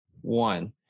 one